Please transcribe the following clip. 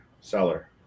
seller